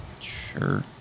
Sure